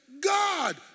God